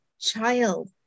child